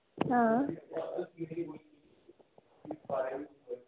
हां